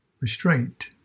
restraint